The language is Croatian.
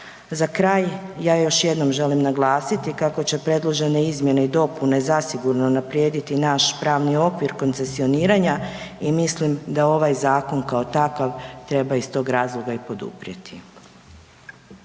Za kraj ja još jednom želim naglasiti kako će predložene izmjene i dopune zasigurno unaprijediti naš pravni okvir koncesioniranja i mislim da ovaj zakon kao takav treba iz tog razloga i poduprijeti.